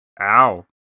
Ow